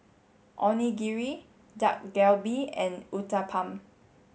Onigiri Dak Galbi and Uthapam